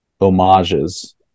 homages